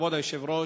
כבוד היושב-ראש,